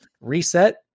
reset